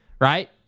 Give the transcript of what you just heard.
right